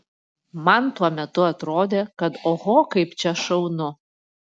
man tuo metu atrodė kad oho kaip čia šaunu